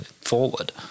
forward